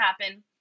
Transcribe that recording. happen